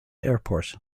airport